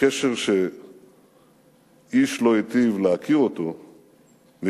הקשר שאיש לא היטיב להכיר אותו מגנדי.